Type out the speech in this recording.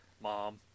mom